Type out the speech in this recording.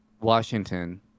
Washington